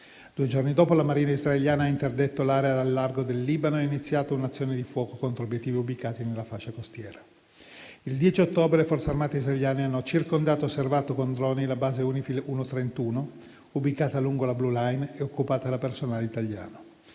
Due giorni dopo, la Marina israeliana ha interdetto l'area al largo del Libano e ha iniziato un'azione di fuoco contro obiettivi ubicati nella fascia costiera. Il 10 ottobre le Forze armate israeliane hanno circondato e osservato con droni la base UNIFIL 1-31, ubicata lungo la *blue line* e occupata da personale italiano.